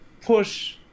push